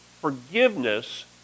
Forgiveness